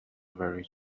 very